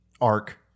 arc